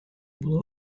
були